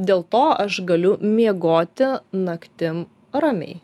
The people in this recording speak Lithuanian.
dėl to aš galiu miegoti naktim ramiai